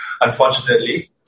Unfortunately